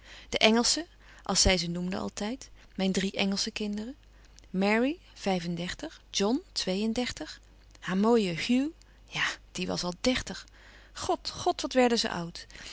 de engelsche als zij ze noemde altijd mijn drie engelsche kinderen mary vijf-en-dertig john twee-en-dertig haar mooie hugh ja die was al dertig god god wat werden ze oud